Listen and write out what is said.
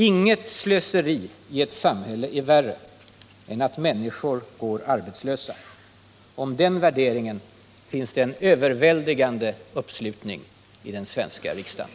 Inget slöseri i ett samhälle är värre än att människor går arbetslösa. Kring den värderingen finns det en överväldigande uppslutning i den svenska riksdagen.